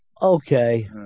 Okay